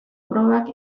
probak